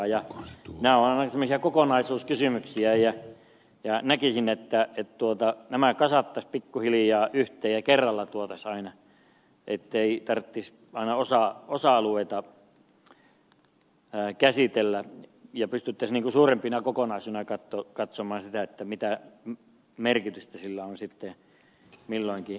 nämä ovat aina semmoisia kokonaisuuskysymyksiä ja näkisin että nämä kasattaisiin pikkuhiljaa yhteen ja kerralla tuotaisiin aina ettei tarvitsisi aina osa alueita käsitellä ja pystyttäisiin suurempina kokonaisuuksina katsomaan mitä merkitystä niillä on sitten milloinkin asianomaisille henkilöille